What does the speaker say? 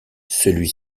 celui